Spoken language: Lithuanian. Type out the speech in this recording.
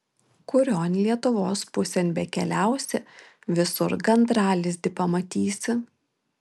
kurion lietuvos pusėn bekeliausi visur gandralizdį pamatysi